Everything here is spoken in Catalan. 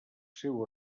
seu